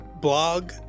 blog